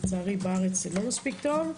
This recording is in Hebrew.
לצערי בארץ זה לא מספיק טוב.